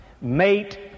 mate